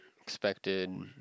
expected